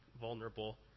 vulnerable